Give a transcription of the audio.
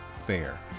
Fair